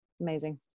Amazing